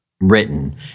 written